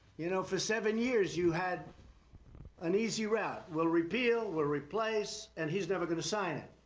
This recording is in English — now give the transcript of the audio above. you know, for seven years, you had an easy route. we'll repeal, we'll replace and he's never going to sign it.